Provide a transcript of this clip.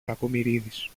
κακομοιρίδης